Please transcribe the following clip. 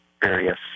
various